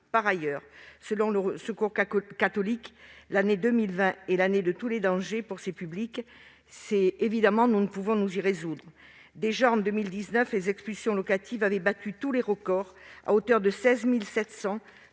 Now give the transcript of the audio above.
par jour. Selon le Secours catholique, l'année 2020 est l'année de tous les dangers pour ces publics. Évidemment, nous ne pouvons nous y résoudre. Déjà, en 2019, les expulsions locatives avaient battu tous les records, avec pas moins de 16 700